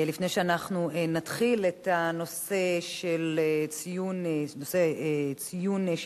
לפני שאנחנו נתחיל את הנושא של ציון 70